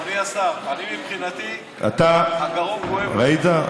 אדוני השר, אני מבחינתי, הגרון כואב לך.